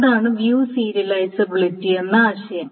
അതാണ് view serializability എന്ന ആശയം